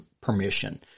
permission